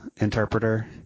interpreter